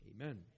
amen